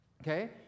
okay